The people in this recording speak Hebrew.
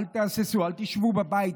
אל תהססו, אל תשבו בבית.